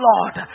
Lord